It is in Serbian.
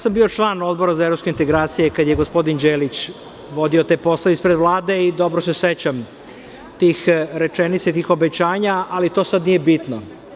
Dakle, bio sam član Odbora za evropske integracije kada je gospodin Đelić vodio te poslove ispred Vlade i dobro se sećam tih rečenica i tih obećanja, ali to sada nije bitno.